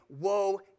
Woe